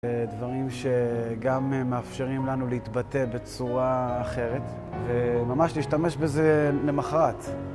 דברים שגם מאפשרים לנו להתבטא בצורה אחרת וממש להשתמש בזה למחרת.